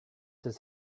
does